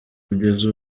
kugeza